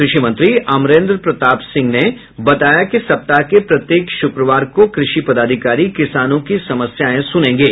कृषि मंत्री अमरेन्द्र प्रताप सिंह ने बताया कि सप्ताह के प्रत्येक शुक्रवार को कृषि पदाधिकारी किसानों की समस्या सुनेंगे